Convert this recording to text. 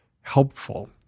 helpful